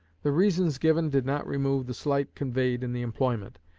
the reasons given did not remove the slight conveyed in the employment,